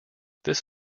this